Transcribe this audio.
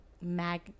mag